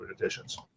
editions